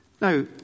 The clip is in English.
Now